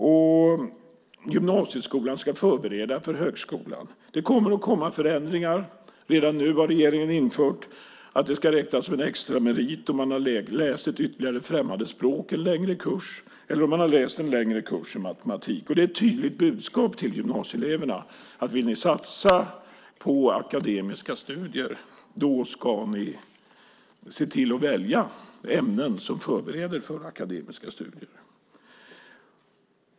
Gymnasieskolan ska förbereda för högskolan. Det kommer förändringar. Redan nu har regeringen infört att det ska räknas som en extramerit om man har läst en längre kurs i ytterligare ett främmande språk eller om man har läst en längre kurs i matematik. Det är ett tydligt budskap till gymnasieeleverna att vill de satsa på akademiska studier ska de välja ämnen som förbereder för akademiska studier.